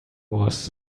was